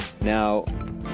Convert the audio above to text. Now